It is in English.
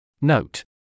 Note